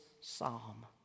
psalm